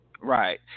Right